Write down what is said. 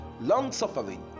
long-suffering